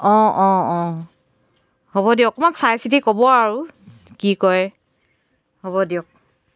অঁ অঁ অঁ হ'ব দিয়ক অকণমান চাই চিতি ক'ব আৰু কি কৰে হ'ব দিয়ক